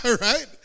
right